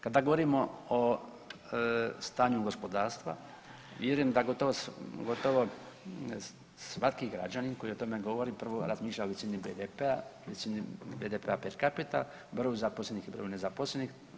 Kada govorimo o stanju gospodarstva vjerujem da gotovo, gotovo svaki građanin koji o tome govori prvo razmišlja o visini BDP-a, visini GDP per capita, broj zaposlenih i broj nezaposlenih.